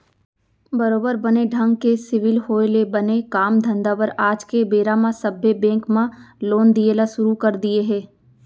बरोबर बने ढंग के सिविल होय ले बने काम धंधा बर आज के बेरा म सब्बो बेंक मन लोन दिये ल सुरू कर दिये हें